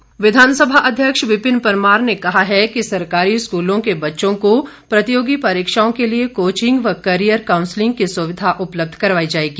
परमार विधानसभा अध्यक्ष विपिन परमार ने कहा है कि सरकारी स्कूलों के बच्चों को प्रतियोगी परीक्षाओं के लिए कोचिंग व केरियर कांउसलिंग की सुविधा उपलब्ध करवाई जाएगी